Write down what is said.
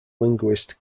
linguist